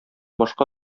башка